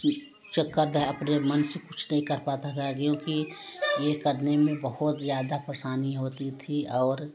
चक्कर था अपने मन से कुछ नहीं कर पाता था क्योंकि यह करने में बहुत ज़्यादा परशानी होती थी और